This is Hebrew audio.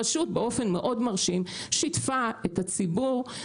הרשות באופן מאוד מרשים שיתפה את הציבור,